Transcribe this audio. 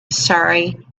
surrey